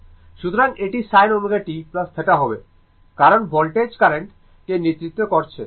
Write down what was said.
সুতরাং এটি sin ω t ϕ হবে কারণ ভোল্টেজ কারেন্ট কে নেতৃত্ব করছে